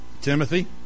Timothy